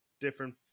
different